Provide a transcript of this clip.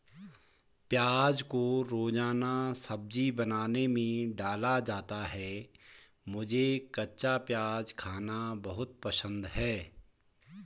प्याज को रोजाना सब्जी बनाने में डाला जाता है मुझे कच्चा प्याज खाना बहुत पसंद है